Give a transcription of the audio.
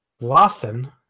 Lawson